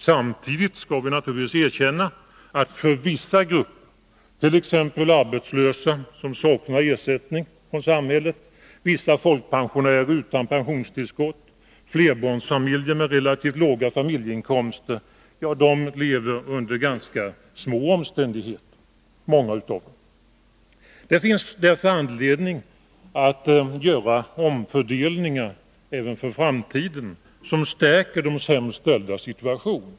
Samtidigt skall vi naturligtvis erkänna att inom vissa grupper — exempelvis arbetslösa, som helt saknar ersättning från samhället, vissa folkpensionärer utan pensionstillskott, flerbarnsfamiljer med relativt låga familjeinkomster — lever många under ganska små omständigheter. Det finns därför anledning att göra omfördelningar även för framtiden, som stärker de sämst ställdas situation.